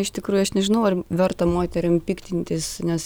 iš tikrųjų aš nežinau ar verta moterim piktintis nes